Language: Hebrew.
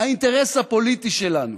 האינטרס הפוליטי שלנו.